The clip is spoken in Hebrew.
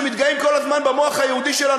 שמתגאים כל הזמן במוח היהודי שלנו,